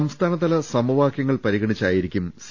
സംസ്ഥാനതല സമവാക്യങ്ങൾ പരിഗണിച്ചായിരിക്കും സി